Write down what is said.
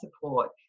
support